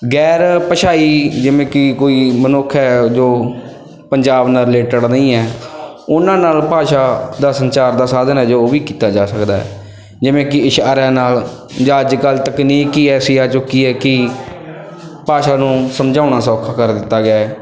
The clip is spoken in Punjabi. ਗੈਰ ਭਾਸ਼ਾਈ ਜਿਵੇਂ ਕਿ ਕੋਈ ਮਨੁੱਖ ਹੈ ਜੋ ਪੰਜਾਬ ਨਾਲ ਰਿਲੇਟਡ ਨਹੀਂ ਹੈ ਉਹਨਾਂ ਨਾਲ ਭਾਸ਼ਾ ਦਾ ਸੰਚਾਰ ਦਾ ਸਾਧਨ ਹੈ ਜੋ ਉਹ ਵੀ ਕੀਤਾ ਜਾ ਸਕਦਾ ਹੈ ਜਿਵੇਂ ਕਿ ਇਸ਼ਾਰਿਆਂ ਨਾਲ ਜਾਂ ਅੱਜ ਕੱਲ੍ਹ ਤਕਨੀਕ ਹੀ ਐਸੀ ਆ ਚੁੱਕੀ ਹੈ ਕਿ ਭਾਸ਼ਾ ਨੂੰ ਸਮਝਾਉਣਾ ਸੌਖਾ ਕਰ ਦਿੱਤਾ ਗਿਆ ਹੈ